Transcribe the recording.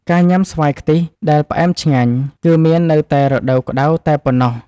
ការញ៉ាំស្វាយខ្ទិះដែលផ្អែមឆ្ងាញ់ គឺមានតែនៅរដូវក្តៅតែប៉ុណ្ណោះ។